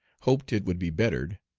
hoped it would be bettered,